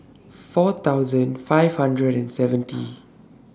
four thousand five hundred and seventy